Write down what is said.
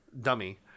dummy